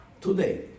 today